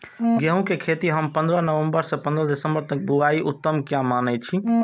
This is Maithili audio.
गेहूं के खेती हम पंद्रह नवम्बर से पंद्रह दिसम्बर तक बुआई उत्तम किया माने जी?